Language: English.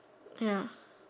ya